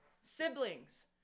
siblings